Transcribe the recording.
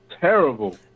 Terrible